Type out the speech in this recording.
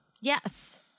yes